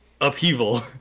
upheaval